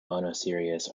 monoecious